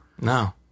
No